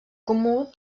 comú